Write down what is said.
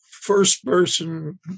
first-person